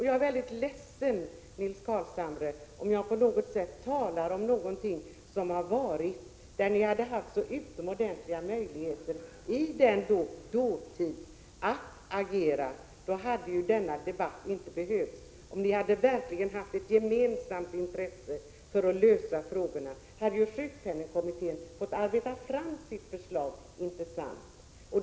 Jag är väldigt ledsen, Nils Carlshamre, om jag talar om någonting där ni hade så utomordentligt bra möjligheter att agera. Hade ni gjort det, då hade denna debatt inte behövts. Om vi verkligen hade haft ett gemensamt intresse för att lösa frågorna, hade sjukpenningkommittén fått arbeta fram ett förslag.